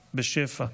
בשפע.